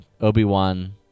Obi-Wan